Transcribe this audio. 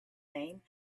name